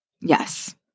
Yes